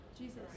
Jesus